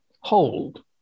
hold